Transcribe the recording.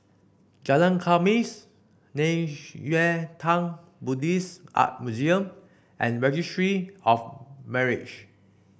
Jalan Khamis Nei Xue Tang Buddhist Art Museum and Registry of Marriage